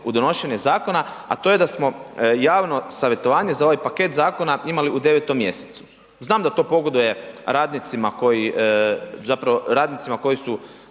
u donošenje zakona, a to je da smo javno savjetovanje za ovaj paket zakona imali u 9 mjesecu. Znam da to pogoduje radnicima koji,